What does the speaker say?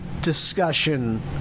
discussion